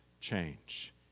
change